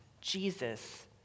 Jesus